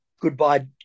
goodbye